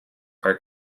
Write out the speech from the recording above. are